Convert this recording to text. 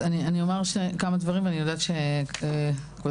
יש שתי